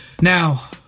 Now